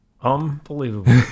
Unbelievable